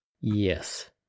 Yes